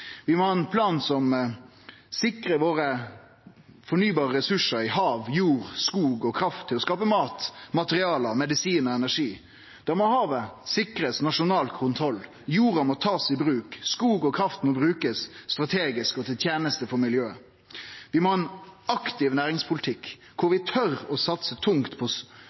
Vi må ha ein plan som sikrar dei fornybare ressursane våre innan hav, jord, skog og kraft, for å skape mat, materiale, medisin og energi. Da må nasjonal kontroll over havet sikrast, jorda må takast i bruk, skog og kraft må brukast strategisk og til teneste for miljøet. Vi må ha ein aktiv næringspolitikk der vi tør å satse tungt og strukturelt på